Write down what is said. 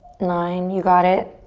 nine. you got it.